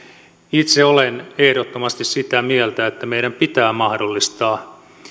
itse olen ehdottomasti sitä mieltä että meidän pitää mahdollistaa